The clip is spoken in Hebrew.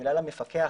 ממילא למפקח